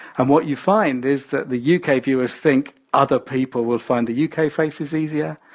and what you find is that the u k. viewers think other people will find the u k. faces easier.